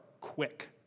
quick